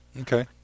Okay